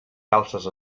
calces